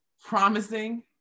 promising